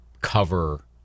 cover